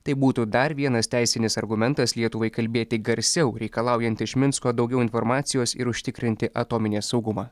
tai būtų dar vienas teisinis argumentas lietuvai kalbėti garsiau reikalaujant iš minsko daugiau informacijos ir užtikrinti atominės saugumą